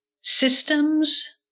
Systems